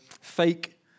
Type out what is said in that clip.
fake